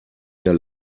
der